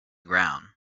ground